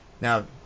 now